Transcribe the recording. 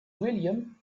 william